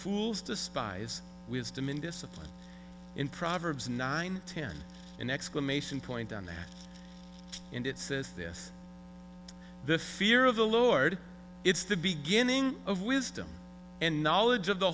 fools despise wisdom in discipline in proverbs nine ten an exclamation point on that and it says this the fear of the lord it's the beginning of wisdom and knowledge of the